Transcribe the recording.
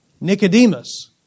Nicodemus